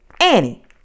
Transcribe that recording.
Annie